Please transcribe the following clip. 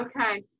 Okay